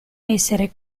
essere